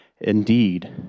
Indeed